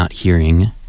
hearing